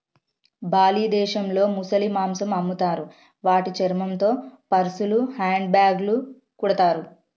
Bali దేశంలో ముసలి మాంసం అమ్ముతారు వాటి చర్మంతో పర్సులు, హ్యాండ్ బ్యాగ్లు కుడతారు